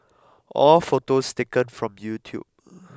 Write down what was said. all photos taken from YouTube